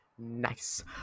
nice